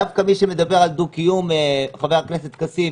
דווקא מי שמדבר על דו-קיום, חבר הכנסת כסיף,